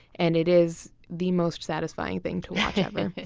and it is the most satisfying thing to watch ever.